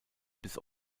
bis